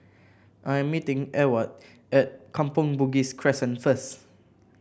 I'm meeting Ewart at Kampong Bugis Crescent first